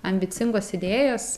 ambicingos idėjos